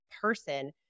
person